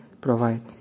provide